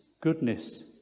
goodness